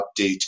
update